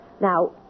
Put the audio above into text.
Now